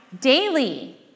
daily